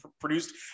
produced